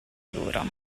dura